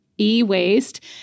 e-waste